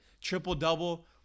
triple-double